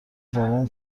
بابام